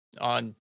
on